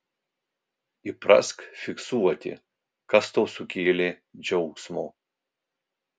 įprask fiksuoti kas tau sukėlė džiaugsmo